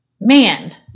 man